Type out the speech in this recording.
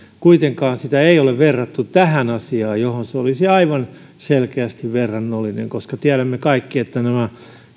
kuitenkaan sitä ei ole verrattu tähän asiaan johon se olisi aivan selkeästi verrannollinen koska tiedämme kaikki että nämä